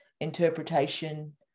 interpretation